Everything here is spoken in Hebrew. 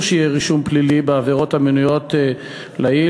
שיהיה רישום פלילי בעבירות המנויות לעיל,